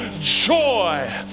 joy